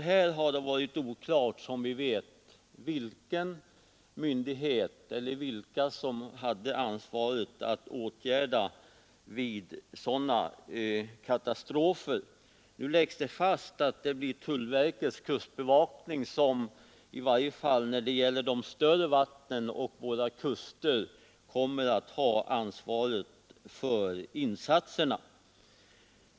Det har varit oklart, som vi vet, vilken myndighet — eller vilka — som hade ansvaret för åtgärder vid oljekatastrofer. Nu läggs det fast att tullverkets kustbevakning, i varje fall när det gäller de större vattnen och våra kuster, kommer att ha ansvaret för insatserna.